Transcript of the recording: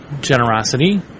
generosity